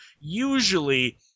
usually